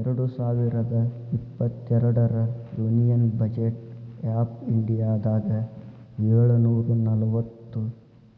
ಎರಡ್ ಸಾವಿರದ ಇಪ್ಪತ್ತೆರಡರ ಯೂನಿಯನ್ ಬಜೆಟ್ ಆಫ್ ಇಂಡಿಯಾದಾಗ ಏಳುನೂರ ನಲವತ್ತ